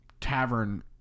tavern